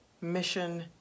mission